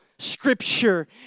Scripture